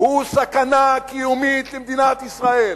הוא סכנה קיומית למדינת ישראל.